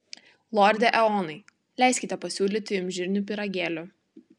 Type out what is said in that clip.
lorde eonai leiskite pasiūlyti jums žirnių pyragėlių